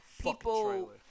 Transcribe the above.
People